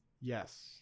yes